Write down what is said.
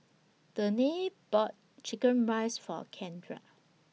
Danae bought Chicken Rice For Kendra